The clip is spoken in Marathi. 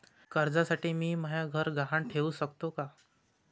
कर्जसाठी मी म्हाय घर गहान ठेवू सकतो का